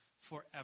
forever